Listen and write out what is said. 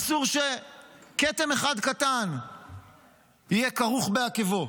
אסור שכתם אחד קטן יהיה כרוך בעקבו.